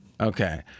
Okay